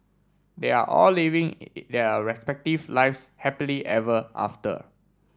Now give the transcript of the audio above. they are all living their respective lives happily ever after